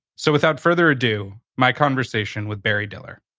so without further ado, my conversation with barry diller.